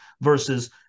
versus